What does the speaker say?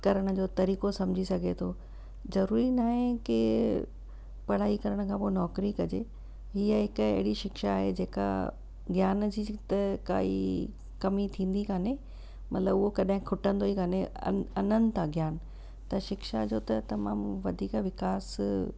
करण जो तरीक़ो सम्झी सघे थो ज़रूरी न आहे की पढ़ाई करण खां पोइ नौकरी कजे हीअ हिकु अहिड़ी शिक्षा आहे जेका ज्ञान जी त काई थींदी कोन्हे मतिलबु उहो कॾहिं खुटंदो ई कोन्हे अ अनंत आहे ज्ञान त शिक्षा जो त तमामु वधीक विकास